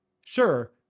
Sure